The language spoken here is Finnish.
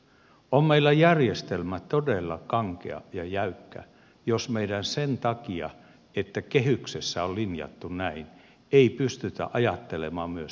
on meillä järjestelmä todella kankea ja jäykkä jos meillä sen takia että kehyksessä on linjattu näin ei pystytä ajattelemaan myös tulopuolta